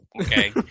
okay